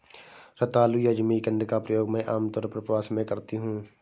रतालू या जिमीकंद का प्रयोग मैं आमतौर पर उपवास में करती हूँ